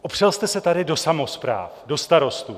Opřel jste se tady do samospráv, do starostů.